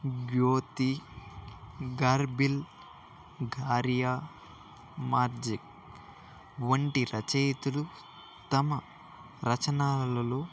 గ్యోతి Gabriel Garcia Marquez వంటి రచయితలు తమ రచనలలో